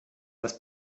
das